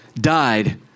died